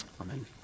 Amen